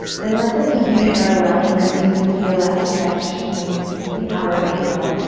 then let the feet be parallel here so you can feel that stretch in the outer ankle.